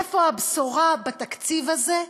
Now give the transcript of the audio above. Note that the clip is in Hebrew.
איפה הבשורה בתקציב הזה?